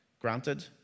Granted